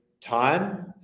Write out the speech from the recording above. time